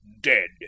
dead